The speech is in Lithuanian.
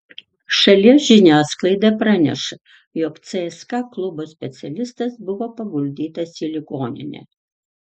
šalies žiniasklaida praneša jog cska klubo specialistas buvo paguldytas į ligoninę